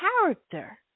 character